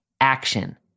action